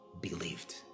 believed